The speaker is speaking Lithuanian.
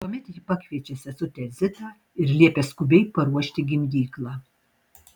tuomet ji pakviečia sesutę zitą ir liepia skubiai paruošti gimdyklą